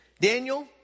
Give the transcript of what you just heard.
Daniel